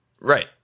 Right